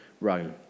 Rome